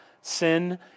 sin